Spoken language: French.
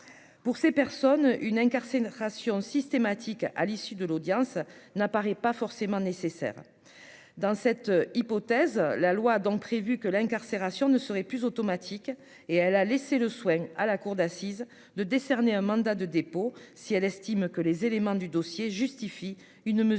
pour ces personnes, une incarcération systématique à l'issue de l'audience n'apparaît pas forcément nécessaire dans cette hypothèse, la loi dans prévu que l'incarcération ne serait plus automatique et elle a laissé le soin à la cour d'assises de décerner un mandat de dépôt, si elle estime que les éléments du dossier, justifie une mesure